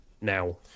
now